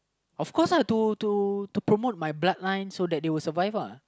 of course lah to to to promote my bloodline so that they will survive lah